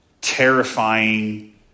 terrifying